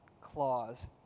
clause